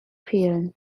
fehlen